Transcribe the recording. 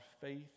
faith